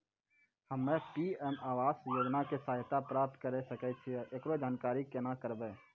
हम्मे पी.एम आवास योजना के सहायता प्राप्त करें सकय छियै, एकरो जानकारी केना करबै?